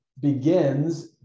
begins